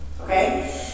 Okay